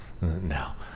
Now